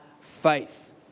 faith